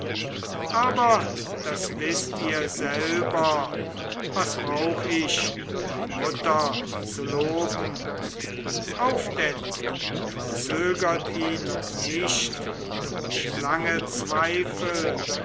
aber das wißt ihr selber was brauch ich die mutter zu loben auf denn verzögert ihn nicht durch lange zweifel